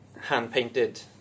hand-painted